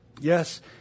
Yes